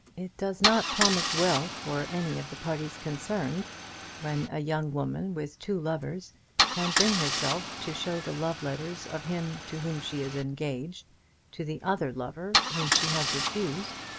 it does not promise well for any of the parties concerned when a young woman with two lovers can bring herself to show the love-letters of him to whom she is engaged to the other lover whom she has refused!